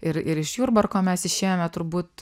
ir ir iš jurbarko mes išėjome turbūt